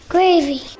Gravy